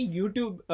YouTube